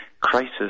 Crisis